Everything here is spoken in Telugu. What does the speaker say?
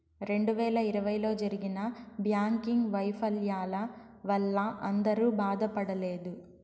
రెండు వేల ఇరవైలో జరిగిన బ్యాంకింగ్ వైఫల్యాల వల్ల అందరూ బాధపడలేదు